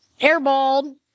airballed